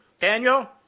Daniel